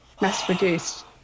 mass-produced